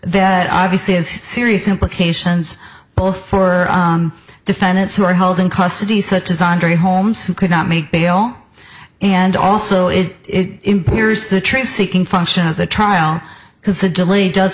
that obviously is serious implications both for defendants who are held in custody such as andre holmes who could not make bail and also it is the truth seeking function of the trial because the delay does